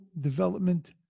development